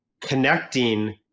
connecting